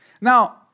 Now